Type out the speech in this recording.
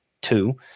two